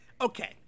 Okay